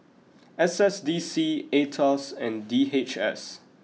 S S D C Aetos and D H S